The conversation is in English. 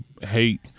Hate